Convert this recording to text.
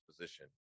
position